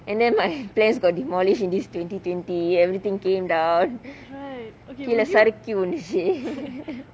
and then my plans got demolished in these twenty twenty everything came down கீழ சறுக்கி விழுந்துடுச்சி:keelae sarikki vizhunthuduchi